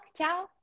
ciao